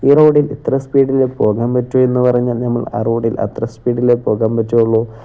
ഈ റോഡിൽ ഇത്ര സ്പീഡിലേ പോകാൻ പറ്റു എന്ന് പറഞ്ഞാല് നമ്മൾ ആ റോഡിൽ അത്ര സ്പീഡിലേ പോകാൻ പറ്റുകയുള്ളൂ